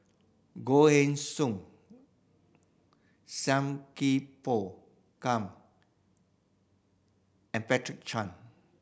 Goh Heng Soon Sam Kee Pao Kun and Chan